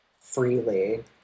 freely